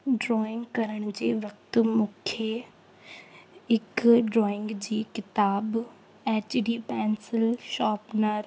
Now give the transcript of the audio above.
drawing करण जी वक्त मूंखे हिकु ड्रॉइंग जी किताबु ऐं चिरी पैंसिल शॉपनर